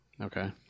okay